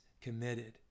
committed